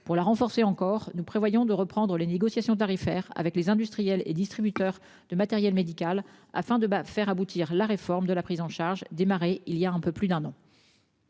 Pour renforcer encore notre ambition, nous prévoyons de reprendre les négociations tarifaires avec les industriels et distributeurs de matériel médical, afin de faire aboutir la réforme de la prise en charge, entamée voilà un peu plus d'un an.